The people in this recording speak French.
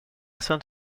saint